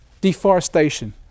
Deforestation